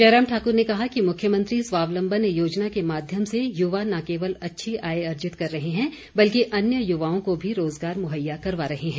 जयराम ठाकर ने कहा कि मुख्यमंत्री स्वावलम्बन योजना के माध्यम से युवा न केवल अच्छी आय अर्जित कर रहे हैं बल्कि अन्य युवाओं को भी रोजगार मुहैया करवा रहे हैं